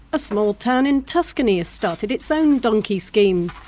a small town in tuscany has started its own donkey scheme.